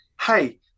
hey